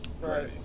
Right